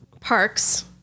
parks